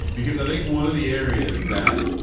because i think one of the areas that